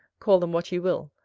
call them what you will,